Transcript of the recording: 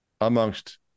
amongst